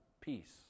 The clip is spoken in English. peace